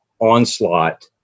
onslaught